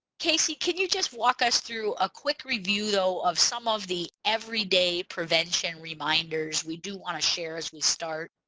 casey can you just walk us through a quick review though of some of the every day prevention reminders we do want to share as we start?